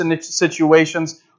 situations